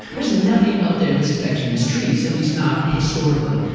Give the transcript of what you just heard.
there's nothing up there that's affecting these trees, at least not historically.